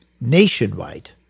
Nationwide